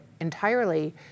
entirely